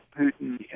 putin